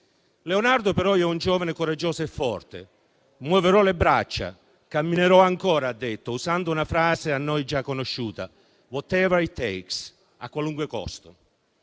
Leonardo però è un giovane coraggioso e forte. «Muoverò le braccia, camminerò ancora» ha detto, usando una frase a noi già conosciuta: *whatever it takes*, a qualunque costo.